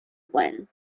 when